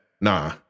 nah